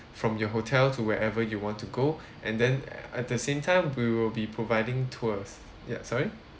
from your hotel to wherever you want to go and then at the same time we will be providing tours ya sorry